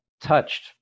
touched